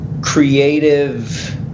creative